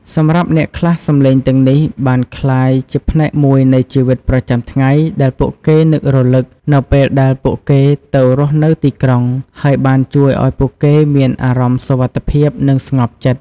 សម្រាប់អ្នកខ្លះ សំឡេងទាំងនេះបានក្លាយជាផ្នែកមួយនៃជីវិតប្រចាំថ្ងៃដែលពួកគេនឹករលឹកនៅពេលដែលពួកគេទៅរស់នៅទីក្រុង ហើយបានជួយឱ្យពួកគេមានអារម្មណ៍សុវត្ថិភាព និងស្ងប់ចិត្ត។